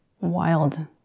Wild